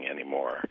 anymore